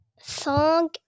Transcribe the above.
song